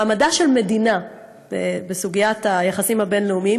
מעמדה של מדינה בסוגיית היחסים הבין-לאומיים